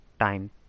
time